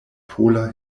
pola